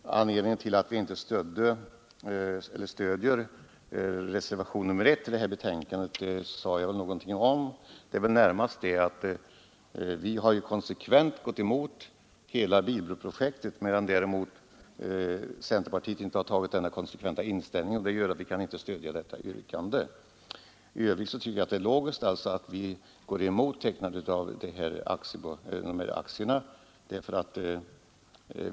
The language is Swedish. Herr talman! Anledningen till att vi inte stöder reservation 1 till detta betänkande är — det nämnde jag — att vi konsekvent gått emot hela bilbroprojektet, medan däremot centerpartiet inte haft denna konsekventa inställning. Därför kan vi inte stödja detta yrkande. I övrigt tycker jag att det är logiskt att vi går emot tecknandet av dessa aktier.